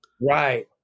Right